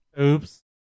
Oops